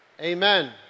Amen